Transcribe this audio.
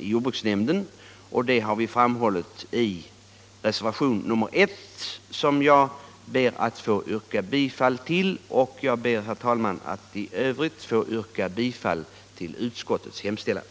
jordbruksnämndens styrelse. Det har vi framhållit i reservationen 1, som jag ber att få yrka bifall till. I övrigt, herr talman, ber jag att få yrka bifall till vad utskottet hemställt.